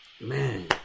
man